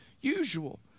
usual